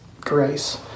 grace